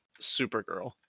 Supergirl